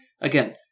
again